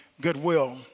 goodwill